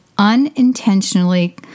unintentionally